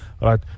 right